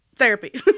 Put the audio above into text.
therapy